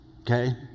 okay